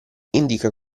indica